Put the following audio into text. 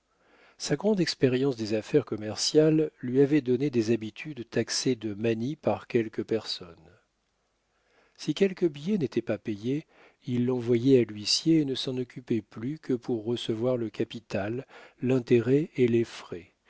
sa grande expérience des affaires commerciales lui avait donné des habitudes taxées de manies par quelques personnes si quelque billet n'était pas payé il l'envoyait à l'huissier et ne s'en occupait plus que pour recevoir le capital l'intérêt et les frais